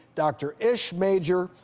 dr. ish major,